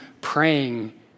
praying